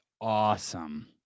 awesome